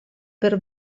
per